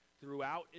Throughout